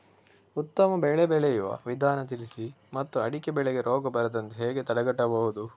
ಉತ್ತಮ ಬೆಳೆ ಬೆಳೆಯುವ ವಿಧಾನ ತಿಳಿಸಿ ಮತ್ತು ಅಡಿಕೆ ಬೆಳೆಗೆ ರೋಗ ಬರದಂತೆ ಹೇಗೆ ತಡೆಗಟ್ಟಬಹುದು?